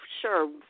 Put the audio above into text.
sure